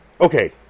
Okay